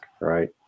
right